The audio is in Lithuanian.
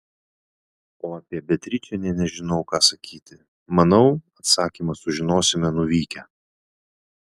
o apie beatričę nė nežinau ką sakyti manau atsakymą sužinosime nuvykę